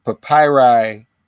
Papyri